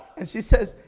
and she says,